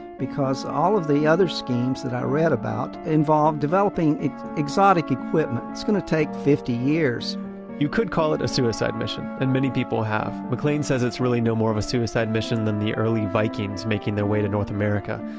because all of the other schemes that i read about involved developing exotic equipment. it's going to take fifty years you could call it a suicide mission. and many people have. mclane says it's really no more of a suicide mission than the early vikings making their way to north america.